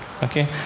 Okay